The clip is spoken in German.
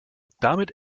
damit